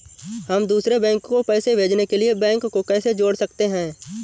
हम दूसरे बैंक को पैसे भेजने के लिए बैंक को कैसे जोड़ सकते हैं?